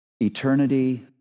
eternity